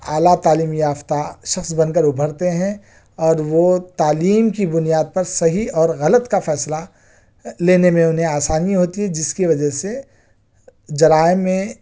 اعلی تعلیم یافتہ شخص بن کر ابھرتے ہیں اور وہ تعلیم کی بنیاد پر صحیح اور غلط کا فیصلہ لینے میں انہیں آسانی ہوتی ہے جس کی وجہ سے جرائم میں